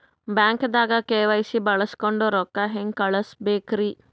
ಬ್ಯಾಂಕ್ದಾಗ ಕೆ.ವೈ.ಸಿ ಬಳಸ್ಕೊಂಡ್ ರೊಕ್ಕ ಹೆಂಗ್ ಕಳಸ್ ಬೇಕ್ರಿ?